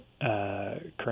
current